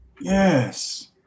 Yes